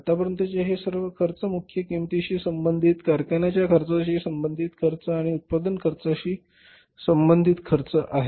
तर आतापर्यंतचे हे सर्व खर्च मुख्य किंमतीशी संबंधित कारखान्याच्या खर्चाशी संबंधित खर्च आणि उत्पादन खर्चाशी संबंधित खर्च आहेत